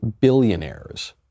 billionaires